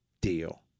deal